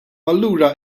allura